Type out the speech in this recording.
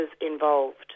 involved